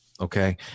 Okay